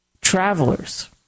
travelers